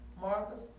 Marcus